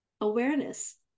awareness